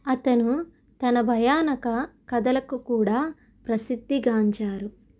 అతను తన భయానక కథలకు కూడా ప్రసిద్ధి గాంచారు